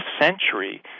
century